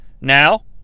now